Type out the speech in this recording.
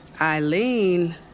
Eileen